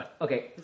Okay